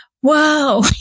whoa